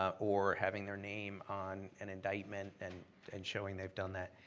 ah or having their name on an indictment, and and showing they've done that.